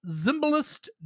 Zimbalist